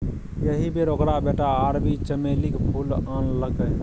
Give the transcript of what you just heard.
एहि बेर ओकर बेटा अरबी चमेलीक फूल आनलकै